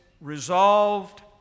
resolved